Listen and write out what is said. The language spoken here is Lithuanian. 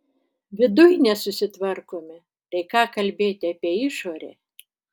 viduj nesusitvarkome tai ką kalbėti apie išorę